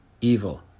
evil